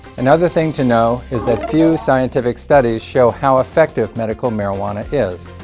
another thing to know is that few scientific studies show how effective medical marijuana is,